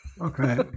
Okay